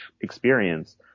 experience